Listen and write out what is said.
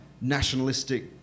nationalistic